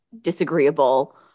disagreeable